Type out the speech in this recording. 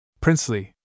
Princely